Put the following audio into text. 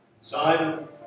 Simon